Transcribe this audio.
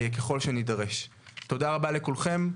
תודה רבה לכולם,